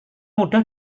mudah